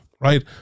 right